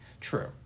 True